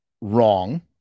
wrong